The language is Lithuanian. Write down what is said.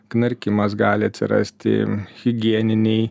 knarkimas gali atsirasti higieniniai